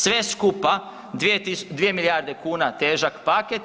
Sve skupa 2 milijarde kuna težan paket.